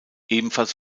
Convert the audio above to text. ebenfalls